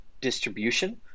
distribution